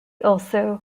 also